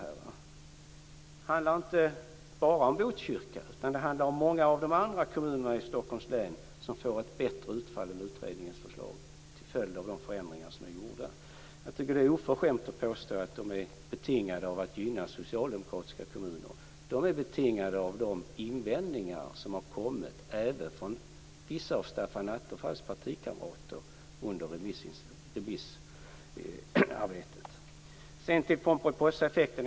Det handlar inte bara om Botkyrka, utan det handlar om många av de andra kommunerna i Stockholms län som får ett bättre utfall än med utredningens förslag till följd av de gjorda förändringarna. Jag tycker att det är oförskämt att påstå att de är betingade av att gynna socialdemokratiska kommuner. De är betingade av de invändningar som kommit, även från vissa av Stefan Attefalls partikamrater, under remissarbetet. Sedan har vi pomperipossaeffekten.